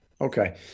Okay